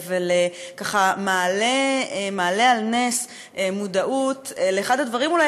וככה מעלה על נס את המודעות לאחד הדברים אולי